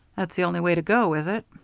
that's the only way to go, is it?